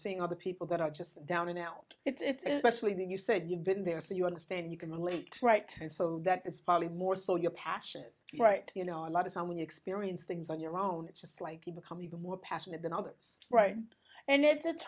saying other people that are just down and out it's basically that you said you've been there so you understand you can relate right and so that it's probably more so your passion right you know a lot of time when you experience things on your own it's just like you become even more passionate than others right and it's